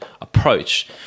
approach